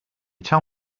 tell